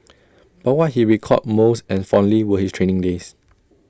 but what he recalled most and fondly were his training days